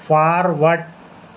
forward